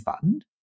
Fund